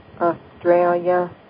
Australia